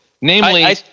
Namely